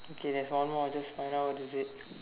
okay there's one more just find out what is it